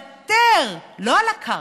לוותר, לא על הקרקע,